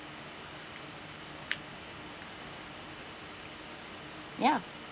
ya